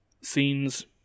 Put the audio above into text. Scenes